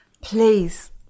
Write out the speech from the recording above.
Please